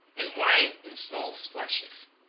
and wine in small splashes.